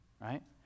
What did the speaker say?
right